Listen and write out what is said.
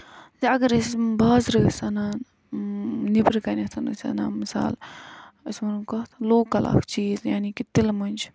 تہٕ اَگر أسۍ بازرٕ ٲسۍ اَنان نیٚبرٕ کَنیتھ ٲسۍ اَنان مِثال أسۍ وَنو کَتھ لوکل اکھ چیٖز یعنے کہِ تِلہٕ مۄنجہِ